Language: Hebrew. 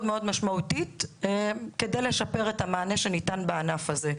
מאוד משמעותית כדי לשפר את המענה שניתן בענף הזה.